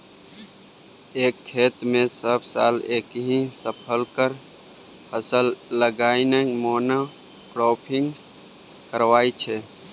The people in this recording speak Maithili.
एक खेत मे सब साल एकहि तरहक फसल लगेनाइ मोनो क्राँपिंग कहाइ छै